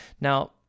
Now